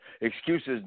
excuses